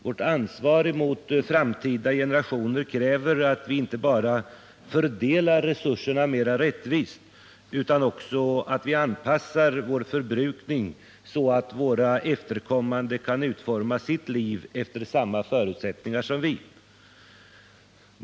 Vårt ansvar mot framtida generationer kräver att vi inte bara fördelar resurserna mer rättvist mellan oss utan också anpassar vår förbrukning så, att våra efterkommande kan utforma sitt liv efter samma förutsättningar som vi.